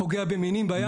הוא פוגע במינים בים.